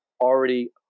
already